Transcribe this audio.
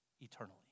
eternally